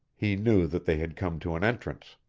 he knew that they had come to an entrance.